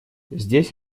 здесь